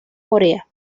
corea